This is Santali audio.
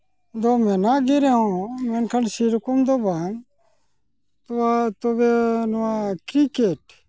ᱫᱚ ᱢᱮᱱᱟᱜ ᱜᱮ ᱨᱮᱦᱚᱸ ᱢᱮᱱᱠᱷᱟᱱ ᱥᱮᱨᱚᱠᱚᱢ ᱫᱚ ᱵᱟᱝ ᱛᱳᱢᱟᱨ ᱛᱚᱵᱮ ᱱᱚᱣᱟ ᱠᱨᱤᱠᱮᱹᱴ